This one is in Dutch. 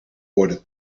worden